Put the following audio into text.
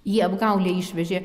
jį apgaule išvežė